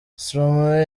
stromae